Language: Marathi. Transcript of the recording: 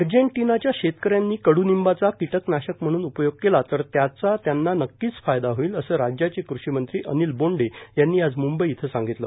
अर्जेटिनाच्या शेतकऱ्यांनी कड्रनिंबाचा कीटकनाशक म्हणून उपयोग केला तर त्यांना त्याचा नक्कीच फायदा होईल असं राज्याचे कृषिमंत्री अनिल बोंडे यांनी आज मुंबई इथं सांगितलं